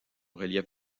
relief